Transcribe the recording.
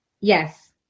Yes